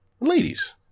ladies